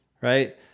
right